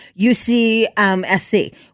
UCSC